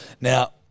Now